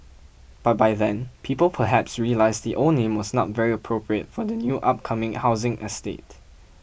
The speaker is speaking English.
but by then people perhaps realised the old name was not very appropriate for the new upcoming housing estate